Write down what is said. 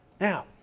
Now